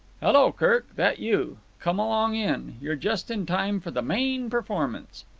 hello, kirk. that you? come along in. you're just in time for the main performance.